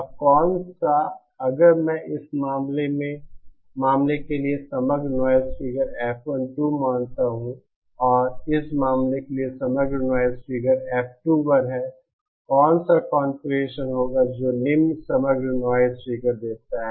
अब कौन सा अगर मैं इस मामले के लिए समग्र नॉइज़ फिगर F12 मानता हूं और इस मामले के लिए समग्र नॉइज़ फिगर F21 है कौन सा कॉन्फ़िगरेशन होगा जो निम्न समग्र नॉइज़ फिगर देता है